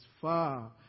far